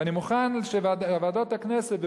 אני מוכן שוועדות הכנסת,